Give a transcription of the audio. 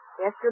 Yes